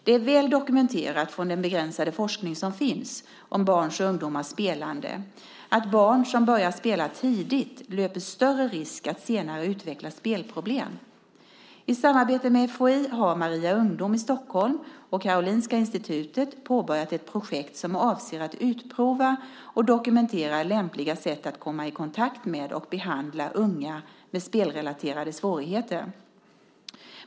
Det är väl dokumenterat från den begränsade forskning som finns om barns och ungdomars spelande att barn som börjar spela tidigt löper större risk att senare utveckla spelproblem. I samarbete med FHI har Maria Ungdom i Stockholm och Karolinska Institutet påbörjat ett projekt som avser att utprova och dokumentera lämpliga sätt att komma i kontakt med och behandla unga med spelrelaterade svårigheter.